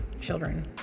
children